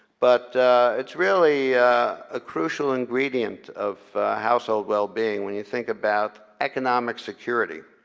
but it's really a crucial ingredient of household well-being when you think about economic security.